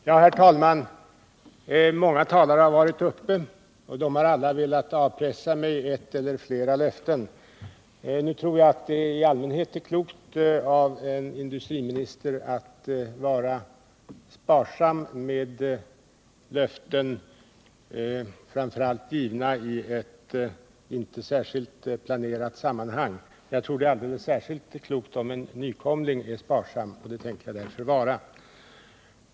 Herr talman! Många talare har varit uppe, och de har alla velat avpressa mig ett eller flera löften. Jag tror att det i allmänhet är klokt av en industriminister att vara sparsam med löften, framför allt med sådana som ges i ett inte särskilt planerat sammanhang. Jag tror att det är speciellt klokt om en nykomling är sparsam, och det tänker jag därför vara.